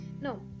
No